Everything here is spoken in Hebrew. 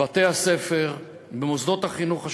בבתי-הספר, במוסדות החינוך השונים,